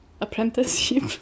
apprenticeship